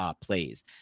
plays